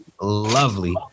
Lovely